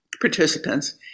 participants